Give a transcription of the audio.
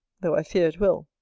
though i fear it will.